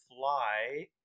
fly